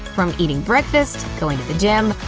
from eating breakfast, going to the gym,